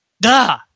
Duh